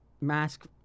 mask